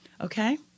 Okay